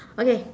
okay